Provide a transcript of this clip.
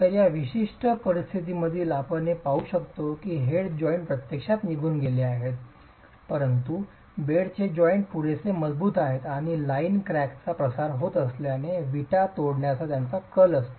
तर या विशिष्ट परिस्थितीत आपण हे पाहू शकतो की हेड जॉइंट प्रत्यक्षात निघून गेले आहेत परंतु बेडचे जॉइंट पुरेसे मजबूत आहेत आणि लाइन क्रॅकचा प्रसार होत असल्याने विटा तोडण्याचा त्यांचा कल असतो